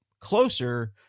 closer